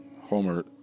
Homer